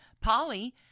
Polly